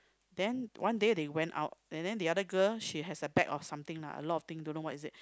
then one day they went out and then the other girl she has a bag of something lah a lot of thing don't know what is it